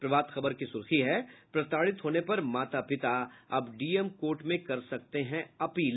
प्रभात खबर की सुर्खी है प्रताड़ित होने पर माता पिता अब डीएम कोर्ट में कर सकते हैं अपील